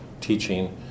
teaching